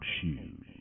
Shoes